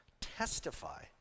testify